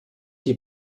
die